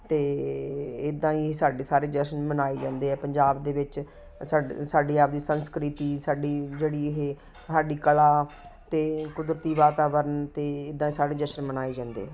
ਅਤੇ ਇੱਦਾਂ ਹੀ ਸਾਡੇ ਸਾਰੇ ਜਸ਼ਨ ਮਨਾਏ ਜਾਂਦੇ ਆ ਪੰਜਾਬ ਦੇ ਵਿੱਚ ਸਾਡੀ ਆਪਦੀ ਸੰਸਕ੍ਰਿਤੀ ਸਾਡੀ ਜਿਹੜੀ ਇਹ ਸਾਡੀ ਕਲਾ ਅਤੇ ਕੁਦਰਤੀ ਵਾਤਾਵਰਨ ਅਤੇ ਇੱਦਾਂ ਸਾਡੇ ਜਸ਼ਨ ਮਨਾਏ ਜਾਂਦੇ